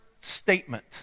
statement